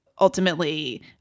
ultimately